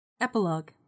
Epilogue